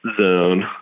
zone